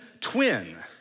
twin